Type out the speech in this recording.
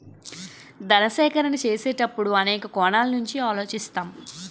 ధన సేకరణ చేసేటప్పుడు అనేక కోణాల నుంచి ఆలోచిస్తాం